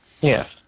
Yes